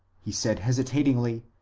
he said hesitatingly,